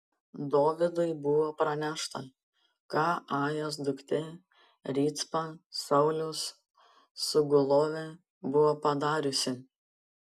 dovydui buvo pranešta ką ajos duktė ricpa sauliaus sugulovė buvo padariusi